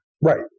Right